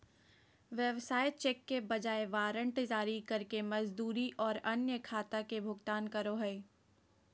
व्यवसाय चेक के बजाय वारंट जारी करके मजदूरी और अन्य खाता के भुगतान करो हइ